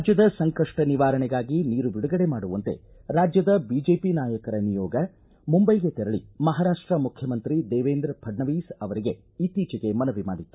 ರಾಜ್ಯದ ಸಂಕಷ್ಟ ನಿವಾರಣೆಗಾಗಿ ನೀರು ಬಿಡುಗಡೆ ಮಾಡುವಂತೆ ರಾಜ್ಯದ ಬಿಜೆಪಿ ನಾಯಕರ ನಿಯೋಗ ಮುಂಬೈಗೆ ತೆರಳಿ ಮಹಾರಾಷ್ಟ ಮುಖ್ಚಮಂತ್ರಿ ದೇವೇಂದ್ರ ಫಡ್ನವಿಸ್ ಅವರಿಗೆ ಇತ್ತೀಚೆಗೆ ಮನವಿ ಮಾಡಿತ್ತು